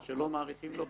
או שלא מאריכים לו.